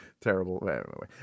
terrible